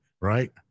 Right